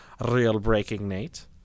RealBreakingNate